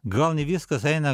gal ne viskas eina